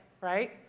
right